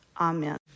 Amen